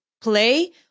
play